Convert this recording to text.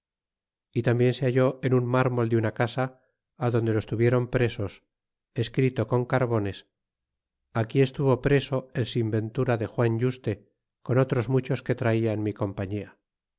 y tambien se halló en un mármol de una casa adonde los tuviüron presos escrito con carbones aquí estuvo preso el sin ventura de juan y uste con otros muchos que traía en mi compañía